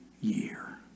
year